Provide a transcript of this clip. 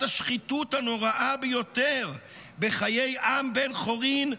השחיתות הנוראה ביותר בחיי עם בן חורין,